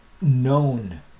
known